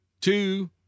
two